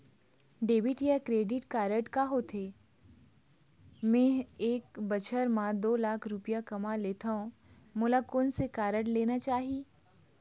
Debit या credit card का होथे, मे ह एक बछर म दो लाख रुपया कमा लेथव मोला कोन से कारड लेना चाही?